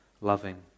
loving